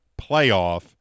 playoff